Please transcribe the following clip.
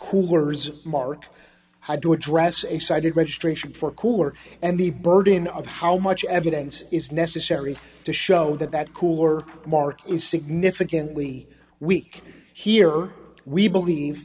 cougars mart had to address a cited registration for cooler and the burden of how much evidence is necessary to show that that cooler mark is significantly weak here we believe